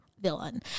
villain